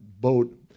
boat